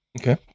Okay